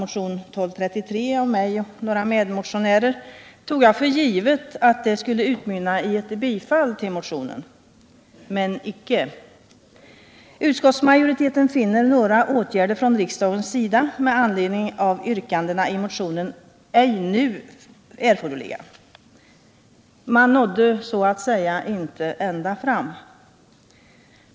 motionen 1233 av mig och några medmotionärer, tog jag för givet att det skulle utmynna i ett tllstyrkande av motionen. Men icke. Utskottsmajoriteten finner några åtgärder från riksdagens sida med anledning av yrkandena i motionerna ej nu erforderliga. Man nådde så att säga inte ända fram.